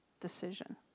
decision